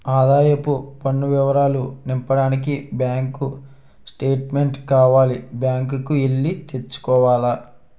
ఆదాయపు పన్ను వివరాలు నింపడానికి బ్యాంకు స్టేట్మెంటు కావాల బ్యాంకు కి ఎల్లి తెచ్చుకోవాల